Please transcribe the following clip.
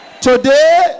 today